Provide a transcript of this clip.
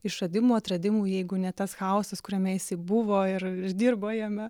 išradimų atradimų jeigu ne tas chaosas kuriame jisai buvo ir ir dirbo jame